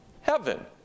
Heaven